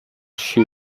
she